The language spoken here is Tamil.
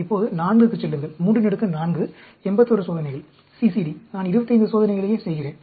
இப்போது 4 க்குச் செல்லுங்கள் 34 81 சோதனைகள் CCD நான் 25 சோதனைகளையே செய்கிறேன்